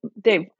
Dave